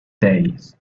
days